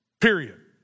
period